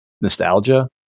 nostalgia